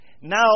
Now